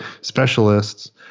specialists